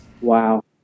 Wow